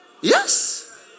Yes